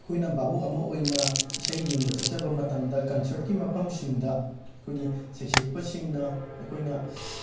ꯑꯩꯈꯣꯢꯅ ꯚꯥꯕꯣꯛ ꯑꯃ ꯑꯣꯢꯅ ꯏꯁꯩ ꯌꯦꯡꯕ ꯆꯠꯆꯕ ꯃꯇꯝꯗ ꯀꯟꯁꯔꯠꯀꯤ ꯃꯐꯝꯁꯤꯡꯗ ꯑꯩꯈꯣꯏꯒꯤ ꯁꯩꯁꯛꯄꯁꯤꯡꯅ ꯑꯩꯈꯣꯏꯅ